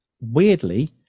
weirdly